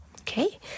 Okay